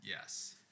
Yes